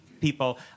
people